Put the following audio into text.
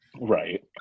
Right